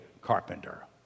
carpenter